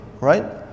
right